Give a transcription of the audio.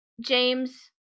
James